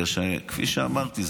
כי כפי שאמרתי,